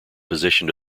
position